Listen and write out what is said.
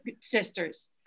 sisters